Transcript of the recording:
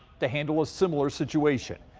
the handle ah similar situation.